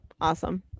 Awesome